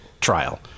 trial